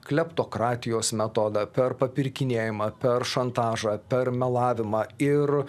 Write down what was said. kleptokratijos metodą per papirkinėjimą per šantažą per melavimą ir